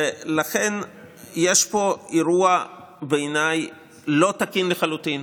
ולכן יש פה אירוע בעיניי לא תקין לחלוטין,